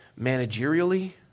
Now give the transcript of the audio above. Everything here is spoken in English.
Managerially